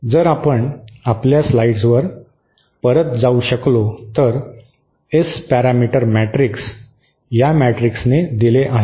जर आपण आपल्या स्लाइड्स वर परत जाऊ शकलो तर एस पॅरामीटर मॅट्रिक्स या मॅट्रिक्सने दिले आहेत